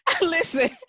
listen